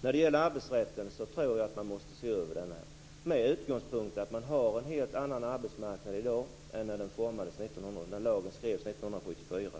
När det gäller arbetsrätten tror jag att den måste ses över med utgångspunkten att arbetsmarknaden är en helt annan i dag än när lagen skrevs 1974.